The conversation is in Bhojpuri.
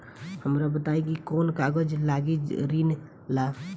हमरा बताई कि कौन कागज लागी ऋण ला?